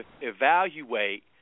evaluate